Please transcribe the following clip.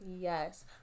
Yes